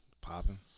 Popping